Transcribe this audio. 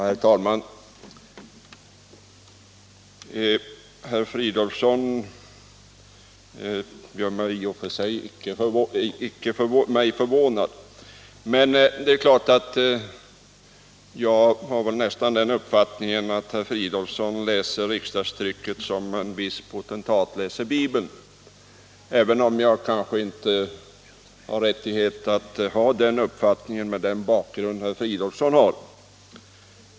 Herr talman! Herr Fridolfsson gör mig inte så litet förvånad. Jag kan nästan få den uppfattningen att herr Fridolfsson läser riksdagstrycket 69 som en viss potentat läser Bibeln —- även om jag kanske inte har någon rätt att tycka så, i betraktande av den åskådning herr Fridolfsson har.